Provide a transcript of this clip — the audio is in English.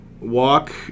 walk